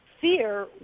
fear